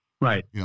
Right